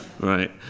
right